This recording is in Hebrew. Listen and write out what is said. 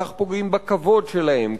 כך פוגעים בכבוד שלהם,